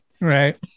Right